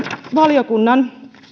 valiokunnan